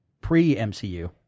pre-MCU